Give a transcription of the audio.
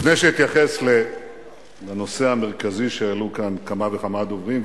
לפני שאתייחס לנושא המרכזי שהעלו כאן כמה וכמה דוברים,